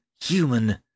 human